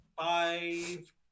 five